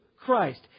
Christ